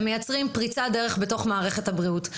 הם מייצרים פריצת דרך בתוך מערכת הבריאות.